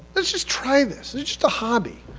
let's just try this. it's just a hobby.